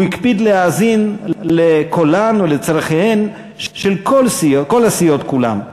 הוא הקפיד להאזין לקולן ולצורכיהן של כל הסיעות כולן,